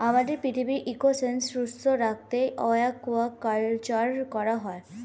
আমাদের পৃথিবীর ইকোসিস্টেম সুস্থ রাখতে অ্য়াকুয়াকালচার করা হয়